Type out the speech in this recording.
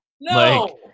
No